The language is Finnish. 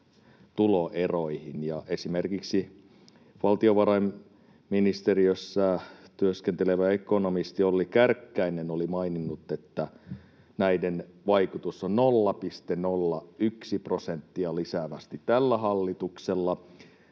esimerkiksi valtiovarainministeriössä työskentelevä ekonomisti Olli Kärkkäinen oli maininnut, että näiden vaikutus on 0,01 prosenttia lisäävästi tällä hallituksella.